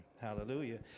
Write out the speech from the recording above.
hallelujah